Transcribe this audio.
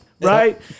Right